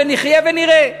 ונחיה ונראה.